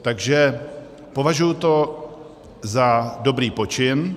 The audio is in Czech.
Takže považuji to za dobrý počin.